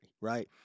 right